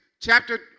chapter